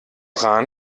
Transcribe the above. rahn